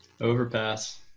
Overpass